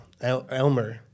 Elmer